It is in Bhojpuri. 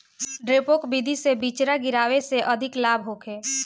डेपोक विधि से बिचरा गिरावे से अधिक लाभ होखे?